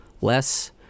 less